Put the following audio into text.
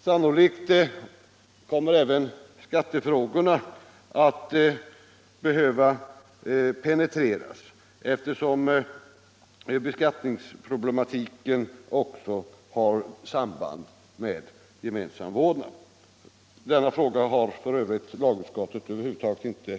Sannolikt kommer även skattefrågorna att behöva penetreras, eftersom beskattningsproblematiken också har samband med gemensam vårdnad. Denna fråga har f. ö. lagutskottet över huvud taget inte